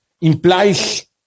implies